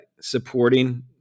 supporting